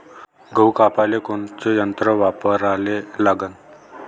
गहू कापाले कोनचं यंत्र वापराले लागन?